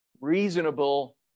Reasonable